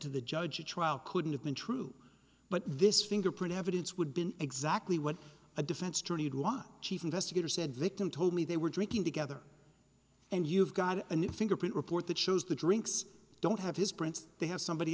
to the judge the trial couldn't have been true but this fingerprint evidence would be exactly what a defense attorney chief investigator said victim told me they were drinking together and you've got a new fingerprint report that shows the drinks don't have his prints they have somebody